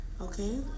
okay